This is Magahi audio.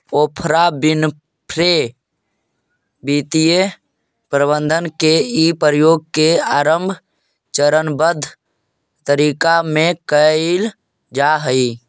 ओफ्रा विनफ्रे वित्तीय प्रबंधन के इ प्रयोग के आरंभ चरणबद्ध तरीका में कैइल जा हई